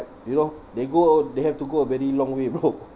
you know they go they have to go a very long way bro